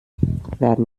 werden